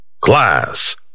class